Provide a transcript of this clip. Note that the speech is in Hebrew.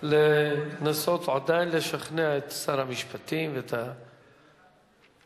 לנסות עדיין לשכנע את שר המשפטים ואת הממשלה.